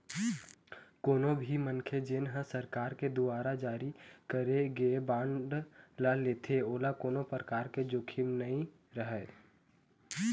कोनो भी मनखे जेन ह सरकार के दुवारा जारी करे गे बांड ल लेथे ओला कोनो परकार के जोखिम नइ रहय